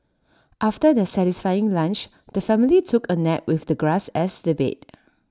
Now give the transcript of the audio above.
after their satisfying lunch the family took A nap with the grass as their bed